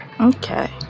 okay